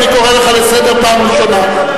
אני קורא אותך לסדר פעם ראשונה.